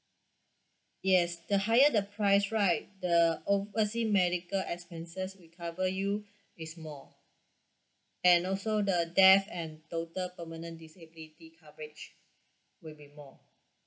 yes the higher the price right the oversea medical expenses we cover you is more and also the death and total permanent disability coverage will be more